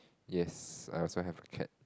yes I also have a cat